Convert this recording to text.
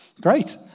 Great